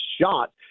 shot